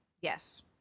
Yes